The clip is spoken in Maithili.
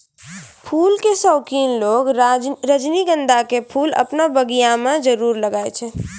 फूल के शौकिन लोगॅ रजनीगंधा के फूल आपनो बगिया मॅ जरूर लगाय छै